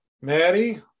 Maddie